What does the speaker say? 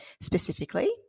specifically